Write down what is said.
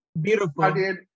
beautiful